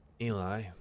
Eli